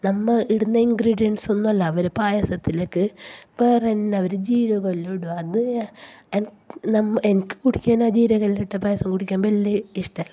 നമ്മൾ ഇടുന്ന ഇന്ഗ്രീഡിയന്സ് ഒന്നും അല്ല അവർ പായസത്തിലേക്ക് വേറെ തന്നെ അവർ ജീരകമെല്ലാം ഇടും അത് എനിക്ക് കുടിക്കാന് ജീരകമെല്ലാം ഇട്ട പായസം കുടിക്കാന് വലിയ ഇഷ്ട്മല്ല